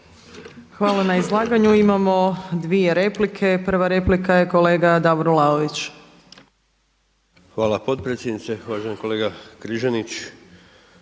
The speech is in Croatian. Hvala na izlaganju. Imamo dvije replike. Prva replika je kolega Davor Vlaović. **Vlaović, Davor (HSS)** Hvala potpredsjednice. Uvaženi kolega Križanić,